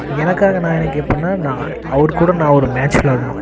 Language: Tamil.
எனக்காக நான் என்ன கேட்பன்னா நான அவர் கூட நான் ஒரு மேட்ச் விளாடணும்